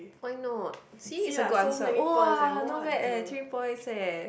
why not see it's a good answer !wah! not bad eh three points eh